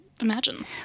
imagine